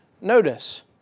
notice